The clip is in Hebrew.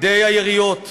מנהיגי ערב